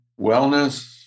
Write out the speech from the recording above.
wellness